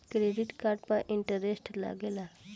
Credit card पर interest लागेला?